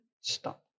stop